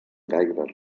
gaires